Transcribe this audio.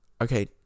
okay